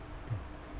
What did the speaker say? ya